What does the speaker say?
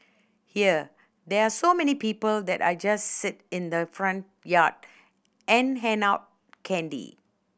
here there are so many people that I just sit in the front yard and hand out candy